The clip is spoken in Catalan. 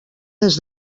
des